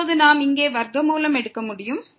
இப்போது நாம் இங்கே ஸ்கொயர் ரூட் எடுக்க முடியும்